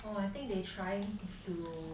well I think they trying to